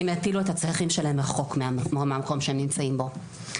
הם יטילו את הצרכים שלהם רחוק מהמקום שהם נמצאים בו.